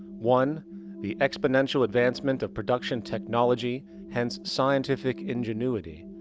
one the exponential advancement of production technology hence scientific ingenuity.